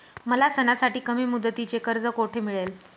मला सणासाठी कमी मुदतीचे कर्ज कोठे मिळेल?